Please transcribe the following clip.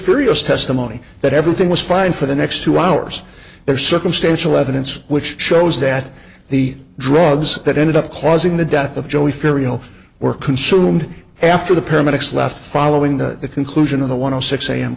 furious testimony that everything was fine for the next two hours there's circumstantial evidence which shows that the drugs that ended up causing the death of joey ferial were consumed after the paramedics left following the conclusion of the one